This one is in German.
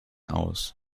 aus